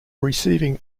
receiving